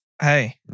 Hey